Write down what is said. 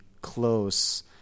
close